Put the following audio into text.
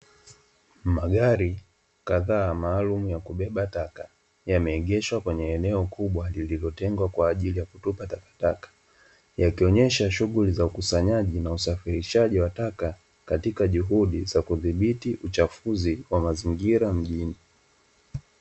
Magari kadhaa maalumu ya kubeba taka, yameegeshwa kwenye eneo kubwa lililotengwa kwa ajili ya kutupa takataka, yakionyesha shughuli za ukusanyaji na usafirishaji wa taka katika juhudi za kudhibiti uchafuzi wa mazingira mjini.